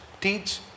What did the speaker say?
teach